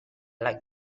like